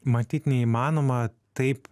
matyt neįmanoma taip